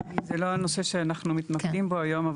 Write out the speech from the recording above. כי זה לא הנושא שאנחנו מתמקדים בו היום.